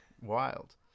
wild